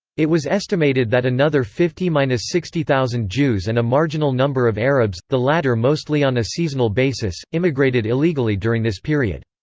it was estimated that another fifty sixty thousand jews and a marginal number of arabs, the latter mostly on a seasonal basis, immigrated illegally during this period.